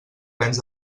plens